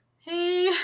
hey